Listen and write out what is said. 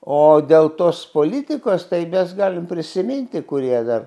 o dėl tos politikos tai mes galim prisiminti kurie dar